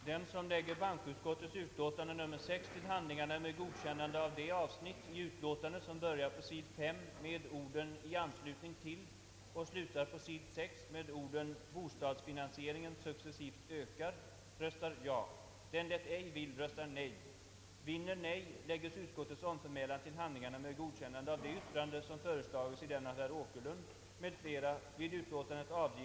Herr talman! Men den gången föredrog man att hålla tyst om detta i reservationen! :. Det avsnitt, som å sid. 5 i det tryckta utlåtandet började med orden »I anslutning till» och å sid. :6 slutade med »bostadsfinansieringen successivt ökar» Den, som med gillande lägger till handlingarna vad bankoutskottet i utlåtande nr 6 punkten 1 anfört i det avsnitt, som börjar på sid. 5 med orden »I anslutning till» och slutar på sid.